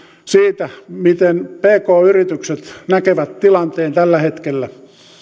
siitä miten pk yritykset näkevät tilanteen tällä hetkellä